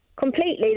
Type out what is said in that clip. Completely